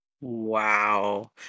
Wow